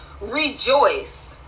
Rejoice